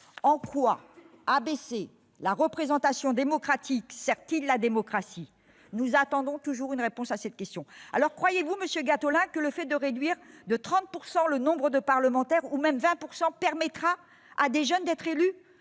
En quoi abaisser la représentation démocratique sert-il la démocratie ? Nous attendons toujours une réponse à cette question. Croyez-vous, monsieur Gattolin, que le fait de réduire de 30 %, ou même de 20 %, le nombre de parlementaires, permettra à des jeunes d'être élus ?